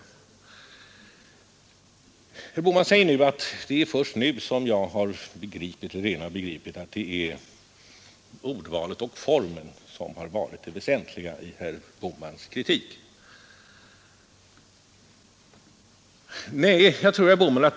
Herr Bohman säger att det är först nu som jag och regeringen begripit att det är ordvalet och formen som varit det väsentliga i herr Bohmans kritik. Nej, herr Bohman, så enkelt är det inte.